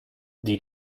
die